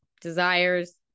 desires